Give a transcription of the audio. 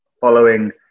following